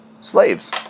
slaves